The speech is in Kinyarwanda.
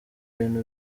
ibintu